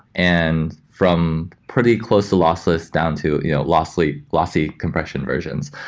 and from pretty close to lossless down to you know lossy lossy compression versions,